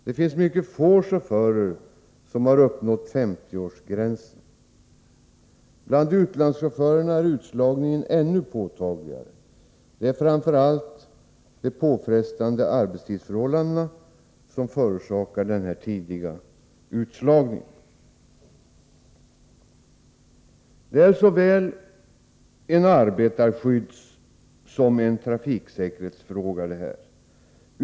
Det finns mycket få chaufförer som uppnått 50-årsgränsen. Bland utlandschaufförerna är utslagningen ännu påtagligare. Det är framför allt de påfrestande arbetstidsförhållandena som förorsakar denna tidiga utslagning. Detta är såväl en arbetarskyddssom en trafiksäkerhetsfråga.